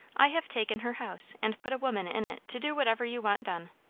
i have taken her house, and put a woman in it to do whatever you want done.